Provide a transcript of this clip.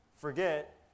forget